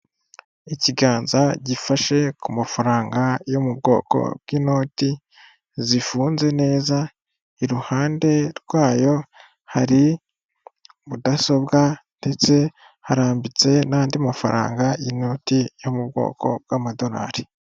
Ikiganza gifashe ku mafaranga yo mu bwoko bw'inoti z'ifunze neza, iruhande rwayo hari mudasobwa ndetse harambitse nandi mafaranga yo mu bwoko bw'amadorari.